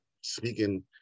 speaking